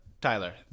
Tyler